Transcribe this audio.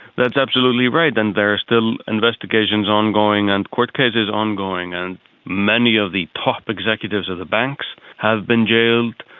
that's absolutely right, and there are still investigations ongoing and court cases ongoing, and many of the top executives of the banks have been jailed.